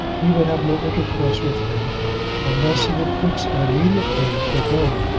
he would have no intercourse with him unless he would fix an immediate day for going,